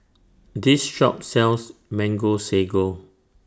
This Shop sells Mango Sago